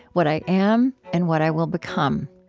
what i am, and what i will become.